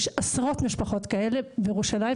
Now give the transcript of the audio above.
יש עשרות משפחות כאלה בירושלים,